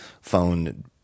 phone